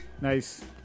Nice